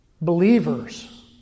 believers